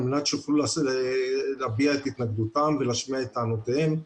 מנת שיוכלו להביע את התנגדותם ולהשמיע את טענותיהם,